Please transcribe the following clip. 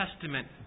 Testament